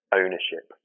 ownership